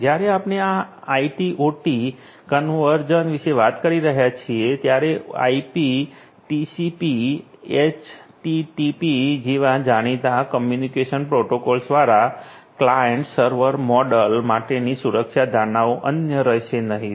જ્યારે આપણે આ આઇટી ઓટી કન્વર્ઝન વિશે વાત કરી રહ્યા છીએ ત્યારે આઇપી ટીસીપી એચટીટીપી જેવા જાણીતા કમ્યુનિકેશન પ્રોટોકોલ્સવાળા ક્લાયંટ સર્વર મોડેલ માટેની સુરક્ષા ધારણાઓ માન્ય રહેશે નહીં